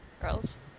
girls